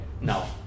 No